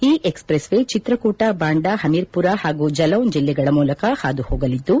ಈ expressway Chitrakoot Banda ಹಮೀರ್ಮರ ಹಾಗೂ ಜಲೌನ್ ಜಿಲ್ಲೆಗಳ ಮೂಲಕ ಹಾದು ಹೋಗಲಿದ್ದು